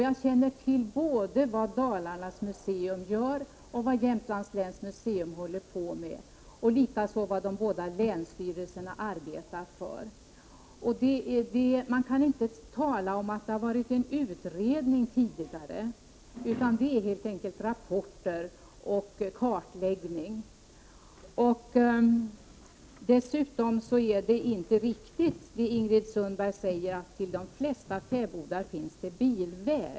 Jag känner till både vad Dalarnas museum och vad Jämtlands läns museum gör liksom vad de båda länsstyrelserna arbetar med. Man kan inte tala om att det har varit en utredning tidigare, utan det är helt enkelt fråga om rapporter och kartläggning. Det är inte riktigt att det, som Ingrid Sundberg säger, finns bilväg till de flesta fäbodar.